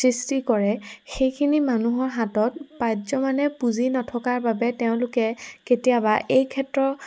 সৃষ্টি কৰে সেইখিনি মানুহৰ হাতত পাৰ্যমানে পুঁজি নথকাৰ বাবে তেওঁলোকে কেতিয়াবা এই ক্ষেত্ৰৰ